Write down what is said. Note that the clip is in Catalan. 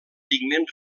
pigment